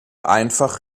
einfach